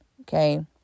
okay